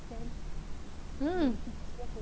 mm